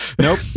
Nope